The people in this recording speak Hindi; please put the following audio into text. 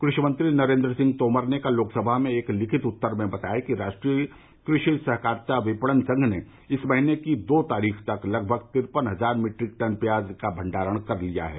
कृषि मंत्री नरेन्द्र सिंह तोमर ने कल लोकसभा में एक लिखित उत्तर में बताया कि राष्ट्रीय कृषि सहकारिता विपणन संघ ने इस महीने की दो तारीख तक लगभग तिरपन हजार मीट्रिक टन प्याज का भंडारण कर लिया है